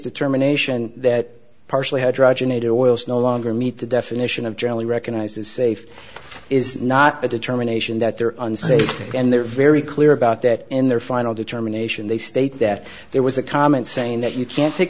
determination that partially hydrogenated oils no longer meet the definition of generally recognized as safe is not a determination that they're unsafe and they're very clear about that in their final determination they state that there was a comment saying that you can't take